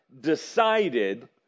decided